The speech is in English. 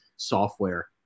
software